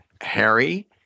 Harry